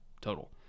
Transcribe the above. total